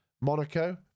monaco